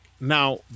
now